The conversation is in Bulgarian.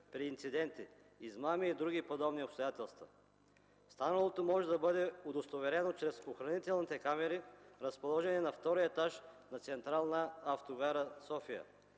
при инциденти, измами и други подобни обстоятелства. Станалото може да бъде удостоверено чрез охранителните камери, разположени на втория етаж на Централна автогара – София,